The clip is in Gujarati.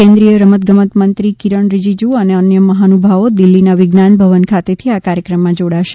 કેન્દ્રીય રમતગમત મંત્રી કિરણ રીજીજુ અને અન્ય મહાનુભાવો દિલ્હીના વિજ્ઞાન ભવન ખાતેથી આ કાર્યક્રમમાં જોડાશે